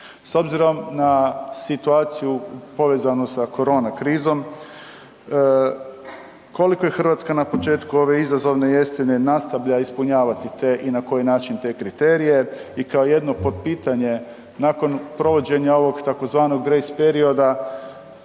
S obzirom na situaciju povezanu sa korona krizom, koliko je Hrvatska na početku ove izazovne jeseni nastavlja ispunjavati te i na koji način te kriterije? I kao jedno potpitanje, nakon provođenja ovog tzv. grejs perioda